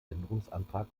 änderungsantrag